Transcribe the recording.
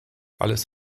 alles